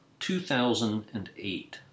2008